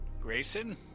Grayson